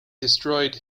destroyed